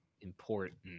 important